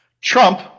Trump